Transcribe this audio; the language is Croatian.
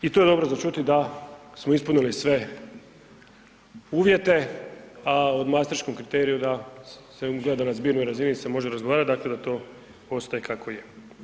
I to je dobro za čuti da smo ispunili sve uvjete, a o Masterškom kriteriju da se …/nerazumljivo/… gledat na zbirnoj razini se može razgovarati, dakle da to ostaje kako je.